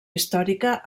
històrica